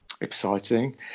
exciting